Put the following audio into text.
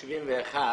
לא אקבל את זה.